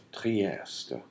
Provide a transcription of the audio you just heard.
Trieste